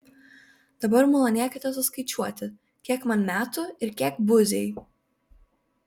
dabar malonėkite suskaičiuoti kiek man metų ir kiek buziai